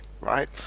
right